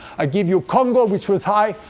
i give you congo, which was high,